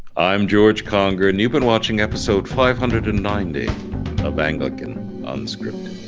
i'm george conger and you've been watching episode five hundred and ninety of anglican unscripted